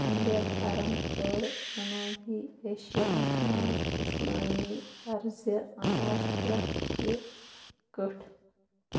امبیڈکَرن کٔڈ جنوٗبی ایشیاہس منٛز اِسلٲمی طرزِ عملس پٮ۪ٹھ تہِ کٕٹھ